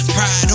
Pride